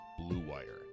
BLUEWIRE